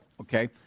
okay